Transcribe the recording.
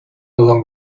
along